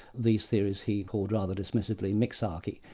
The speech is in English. these theories he called rather dismissively, mixtarchy,